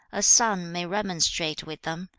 a son may remonstrate with them,